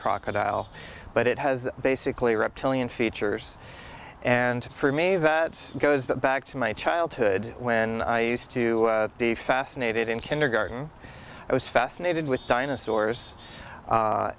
crocodile but it has basically reptilian features and for me that goes back to my childhood when i used to be fascinated in kindergarten i was fascinated with dinosaurs